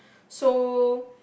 so